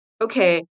okay